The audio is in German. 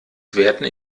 werden